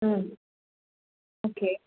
ம் ஓகே